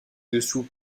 dessous